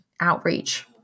outreach